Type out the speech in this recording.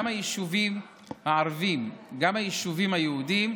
גם היישובים הערביים, גם היישובים היהודיים,